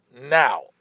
now